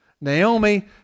Naomi